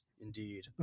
Indeed